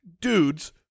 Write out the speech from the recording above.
dudes